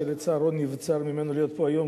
שלצערו נבצר ממנו להיות פה היום,